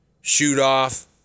shoot-off